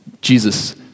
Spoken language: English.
Jesus